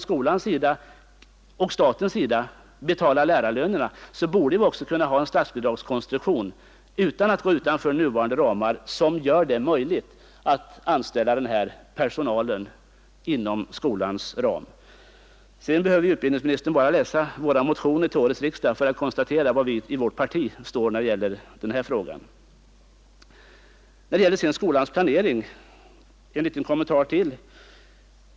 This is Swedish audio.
Skall staten betala lärarlönerna borde vi också utan att gå utanför nuvarande ramar kunna ha en sådan bidragskonstruktion som gör det möjligt att anställa den personal det här är fråga om inom skolans statsbidragsram. Sedan behöver ju utbildningsministern bara läsa våra motioner till årets riksdag för att konstatera var vårt parti står i denna fråga. När det sedan gäller skolans planering vill jag göra ytterligare en 19 kommentar.